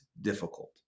difficult